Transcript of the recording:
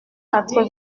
quatre